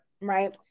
right